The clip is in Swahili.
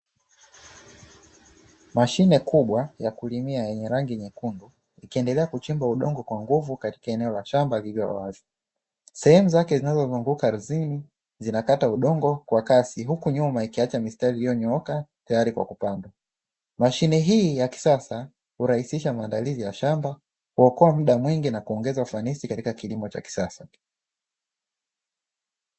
Mashine kubwa ya kulimia yenye rangi nyekundu, ikiendelea kuchimba udongo kwa nguvu katika eneo la shamba lililo wazi. Sehemu zake zinazozunguka ardhini zinakata udongo kwa kasi huku nyuma ikiacha mistari iliyonyooka tayari kwa kupandwa. Mashine hii ya kisasa hurahisisha maandalizi ya shamba, huokoa muda mwingi na kuongeza ufanisi katika kilimo cha kisasa.